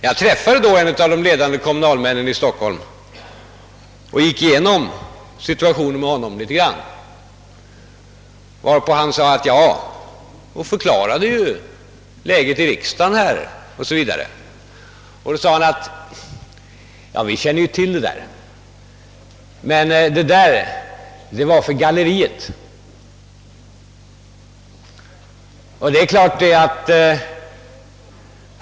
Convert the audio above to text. Jag träffade då en av de ledande kommunalmännen i Stockholm och gick igenom situationen med honom, förklarade läget i riksdagen och så vidare. Han sade då: Vi känner till detta — men det där var avsett för galleriet.